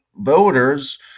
voters